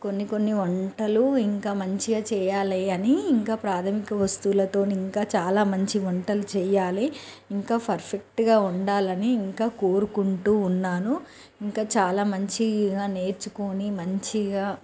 కొన్నికొన్ని వంటలు ఇంకా మంచిగా చెయ్యాలి అని ఇంకా ప్రాథమిక వస్తువులతోని ఇంకా చాలా మంచి వంటలు చెయ్యాలి ఇంకా ఫర్ఫెక్ట్గా వండాలని ఇంకా కోరుకుంటూ ఉన్నాను ఇంకా చాలా మంచిగా నేర్చుకుని మంచిగా